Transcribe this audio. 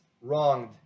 wronged